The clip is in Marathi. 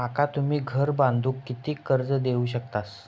माका तुम्ही घर बांधूक किती कर्ज देवू शकतास?